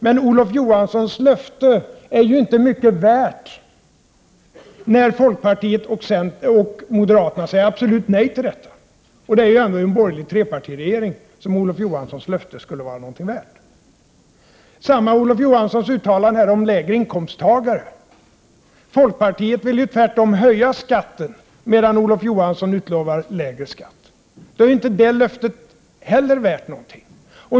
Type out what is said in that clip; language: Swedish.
Men Olof Johanssons löfte är inte mycket värt när folkpartiet och moderaterna säger absolut nej till det, och det är ändå i en borgerlig trepartiregering som Olof Johanssons löfte skulle ha något värde. Detsamma gäller Olof Johanssons uttalande om människor med låga inkomster. Folkpartiet vill höja skatten medan Olof Johansson utlovar lägre skatt. Då är inte det löftet heller värt någonting.